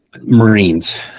Marines